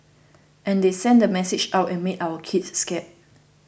and they send the message out and make our kids scared